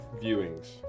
viewings